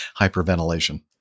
hyperventilation